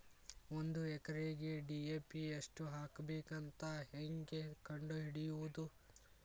ಒಂದು ಎಕರೆಗೆ ಡಿ.ಎ.ಪಿ ಎಷ್ಟು ಹಾಕಬೇಕಂತ ಹೆಂಗೆ ಕಂಡು ಹಿಡಿಯುವುದು?